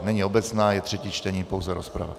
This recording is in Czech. Není obecná, je třetí čtení, pouze rozprava.